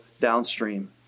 downstream